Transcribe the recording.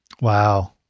Wow